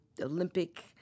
Olympic